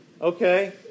okay